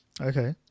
Okay